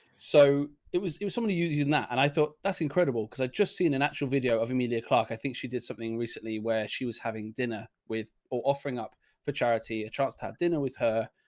so it was, it was, somebody uses and that and i thought that's incredible. cause i'd just seen an actual video of emilia clarke. i think she did something recently where she was having dinner with, offering up for charity, a chance to have dinner with her,